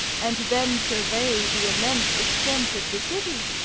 and then survey the immense extent of the city.